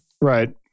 Right